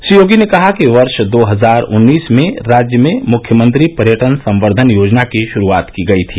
श्री योगी ने कहा कि वर्ष दो हजार उन्नीस में राज्य में मुख्यमंत्री पर्यटन संवर्धन योजना की शुरूआत की गयी थी